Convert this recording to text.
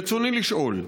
ברצוני לשאול: